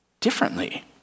differently